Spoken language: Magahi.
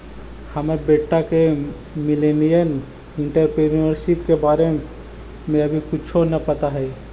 हमर बेटा के मिलेनियल एंटेरप्रेन्योरशिप के बारे में अभी कुछो न पता हई